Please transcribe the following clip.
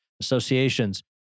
associations